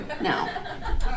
no